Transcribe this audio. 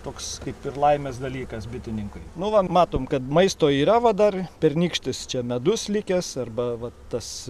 toks kaip ir laimės dalykas bitininkui nu va matom kad maisto yra va dar pernykštis čia medus likęs arba va tas